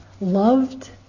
loved